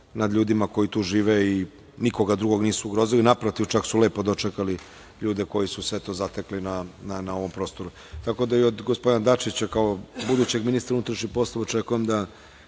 nad ljudima koji tu žive i nikoga drugog nisu ugrozili, naprotiv, čak su lepo dočekali ljude koji su sve to zatekli na ovom prostoru. Tako da, i od gospodina Dačića, kao budućeg ministra unutrašnjih poslova, očekujem da